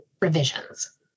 revisions